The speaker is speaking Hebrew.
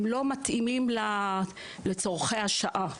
הם לא מתאימים לצרכי השעה.